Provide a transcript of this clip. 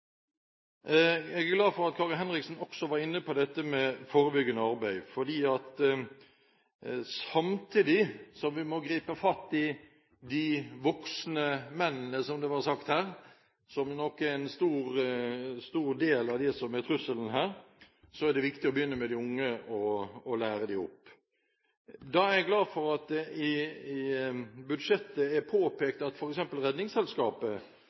Jeg er glad for at Kari Henriksen også var inne på dette med forebyggende arbeid, for samtidig som vi må gripe fatt i de voksne mennene, som det var sagt her, og som nok er en stor del av trusselen, så er det viktig å begynne med de unge og lære dem opp. Da er jeg glad for at det i budsjettet er påpekt at f.eks. Redningsselskapet